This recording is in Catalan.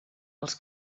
els